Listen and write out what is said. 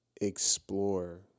Explore